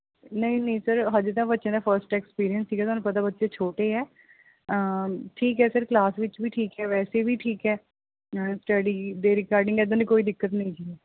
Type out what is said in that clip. ਨਹੀਂ ਨਹੀਂ ਸਰ ਹਜੇ ਤਾਂ ਬੱਚਿਆਂ ਦਾ ਫਸਟ ਐਕਸਪੀਰੀਐਂਸ ਸੀਗਾ ਤੁਹਾਨੂੰ ਪਤਾ ਬੱਚੇ ਛੋਟੇ ਹੈ ਠੀਕ ਹੈ ਸਰ ਕਲਾਸ ਵਿੱਚ ਵੀ ਠੀਕ ਹੈ ਵੈਸੇ ਵੀ ਠੀਕ ਹੈ ਸਟੱਡੀ ਦੇ ਰਿਗਾਰਡਿੰਗ ਇੱਦਾਂ ਦੀ ਕੋਈ ਦਿੱਕਤ ਨਹੀਂ ਜੀ